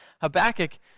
Habakkuk